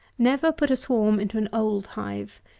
never put a swarm into an old hive.